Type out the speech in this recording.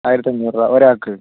ആയിരത്തി അഞ്ഞൂറ് രൂപ ഒരാൾക്ക്